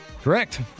Correct